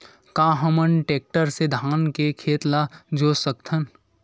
का हमन टेक्टर से धान के खेत ल जोत सकथन?